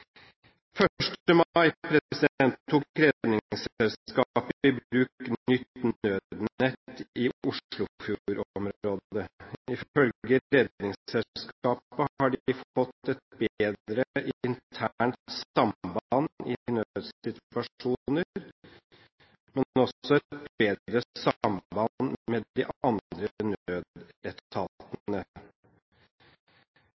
mai tok Redningsselskapet i bruk et nytt nødnett i Oslofjordområdet. Ifølge Redningsselskapet har de fått et bedre internt samband i nødssituasjoner, men også et bedre samband med de andre